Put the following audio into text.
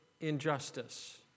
injustice